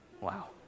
Wow